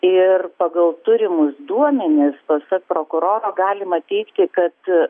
ir pagal turimus duomenis pasak prokuroro galima teigti kad